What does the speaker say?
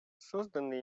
созданный